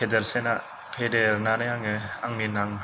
फेदेरसेना फेदेरनानै आङो आंनि नां